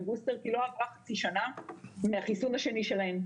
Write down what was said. בוסטר כי לא עברה חצי שנה מהחיסון השני שלהם.